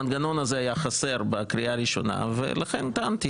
המנגנון הזה היה חסר בקריאה הראשונה ולכן טענתי